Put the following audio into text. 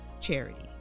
charity